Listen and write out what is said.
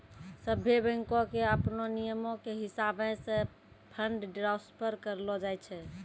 सभ्भे बैंको के अपनो नियमो के हिसाबैं से फंड ट्रांस्फर करलो जाय छै